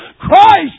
Christ